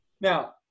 Now